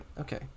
okay